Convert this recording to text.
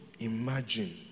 Imagine